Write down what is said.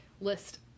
list